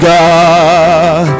God